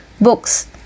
books